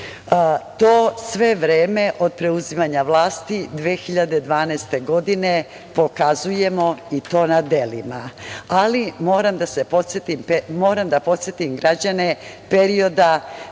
sve vreme od preuzimanja vlasti 2012. godine, pokazujemo i to na delima, ali moram da podsetim građane perioda